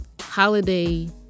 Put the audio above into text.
holiday